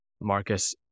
Marcus